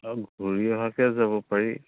অঁ ঘূৰি অহাকৈ যাব পাৰি